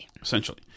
Essentially